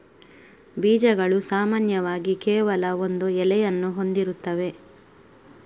ಬೀಜಗಳು ಸಾಮಾನ್ಯವಾಗಿ ಕೇವಲ ಒಂದು ಎಲೆಯನ್ನು ಹೊಂದಿರುತ್ತವೆ